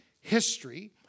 history